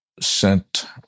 sent